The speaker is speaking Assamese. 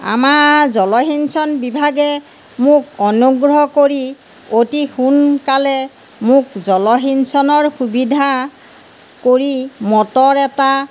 আমাৰ জলসিঞ্চন বিভাগে মোক অনুগ্ৰহ কৰি অতি সোনকালে মোক জলসিঞ্চনৰ সুবিধা কৰি মটৰ এটা